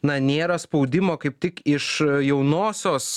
na nėra spaudimo kaip tik iš jaunosios